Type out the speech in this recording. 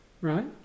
right